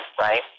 right